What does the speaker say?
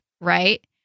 right